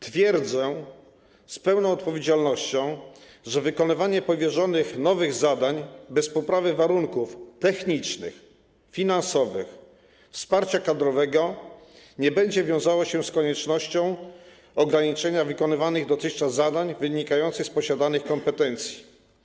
Twierdzę z pełną odpowiedzialnością, że wykonywanie powierzonych nowych zadań bez poprawy warunków technicznych, finansowych, wsparcia kadrowego nie będzie wiązało się z koniecznością ograniczenia wykonywanych dotychczas zadań wynikających z posiadanych kompetencji.